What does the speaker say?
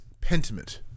Pentiment